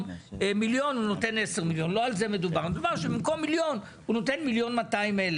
מיליון ש"ח; מדובר על כך שבמקום מיליון ₪- הוא נותן 1.2 מיליון ₪.